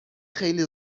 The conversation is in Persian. خیلی